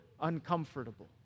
uncomfortable